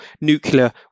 nuclear